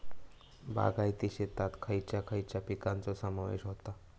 बागायती शेतात खयच्या खयच्या पिकांचो समावेश होता?